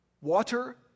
water